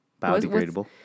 Biodegradable